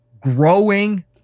growing